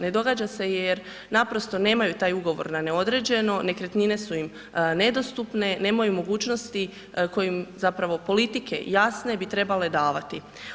Ne događa se jer naprosto nemaju taj ugovor na neodređeno, nekretnine su im nedostupne, nemaju mogućnosti koje zapravo politike jasne bi trebale davati.